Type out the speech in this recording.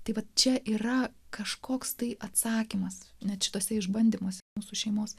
taip pat čia yra kažkoks tai atsakymas net šituose išbandymuose mūsų šeimos